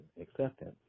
acceptance